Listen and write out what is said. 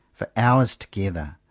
for hours together,